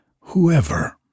Whoever